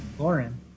Lauren